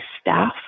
staff